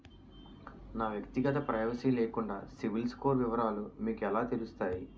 నా వ్యక్తిగత ప్రైవసీ లేకుండా సిబిల్ స్కోర్ వివరాలు మీకు ఎలా తెలుస్తాయి?